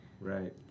Right